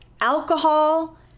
alcohol